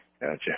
Gotcha